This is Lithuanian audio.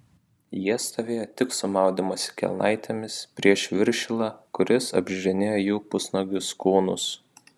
jie stovėjo tik su maudymosi kelnaitėmis prieš viršilą kuris apžiūrinėjo jų pusnuogius kūnus